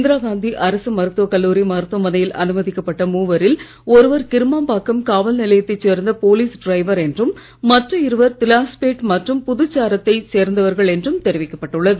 இந்திராகாந்தி அரசு மருத்துவ கல்லூரி மருத்துவமனையில் அனுமதிக்கப் பட்ட மூவரில் ஒருவர் கிருமாம்பாக்கம் காவல் நிலையத்தைச் சேர்ந்த போலீஸ் டிரைவர் என்றும் மற்ற இருவர் திலாஸ்பேட் மற்றும் புது சாரத்தை சேர்ந்தவர்கள் என்றும் தெரிவிக்கப் பட்டுள்ளது